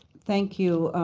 thank you,